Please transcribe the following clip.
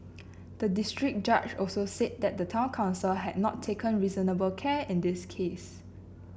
the district judge also said that the town council had not taken reasonable care in this case